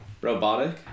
robotic